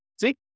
See